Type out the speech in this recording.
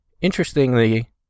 interestingly